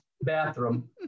bathroom